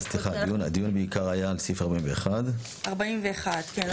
סליחה, הדיון בעיקר היה על סעיף 41. 41, כן.